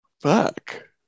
fuck